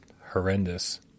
horrendous